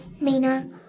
Mina